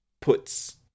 puts